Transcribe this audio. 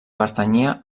pertanyia